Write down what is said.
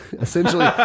Essentially